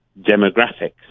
demographics